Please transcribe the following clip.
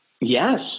Yes